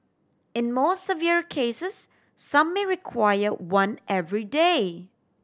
in more severe cases some may require one every day